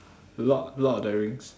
lord lord of the rings